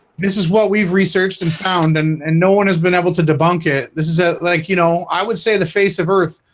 this is what we've researched and found and and no one has been able to debunk it this is a like, you know, i would say the face of earth